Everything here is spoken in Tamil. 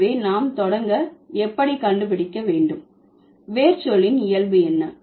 எனவே நாம் தொடங்க எப்படி கண்டுபிடிக்க வேண்டும் வேர் சொல்லின் இயல்பு என்ன